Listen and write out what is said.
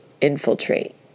infiltrate